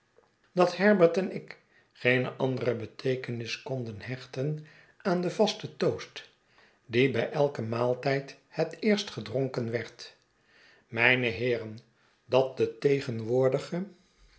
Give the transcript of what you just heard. dat herbert en ik geene andere beteekenis konden hechten aan den vasten toast die bij elken maaltijd het eerst gedronken werd mijne heeren dat de tegenwoordige